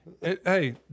Hey